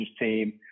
team